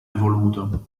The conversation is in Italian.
evoluto